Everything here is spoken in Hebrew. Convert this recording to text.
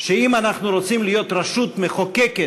שאם אנחנו רוצים להיות רשות מחוקקת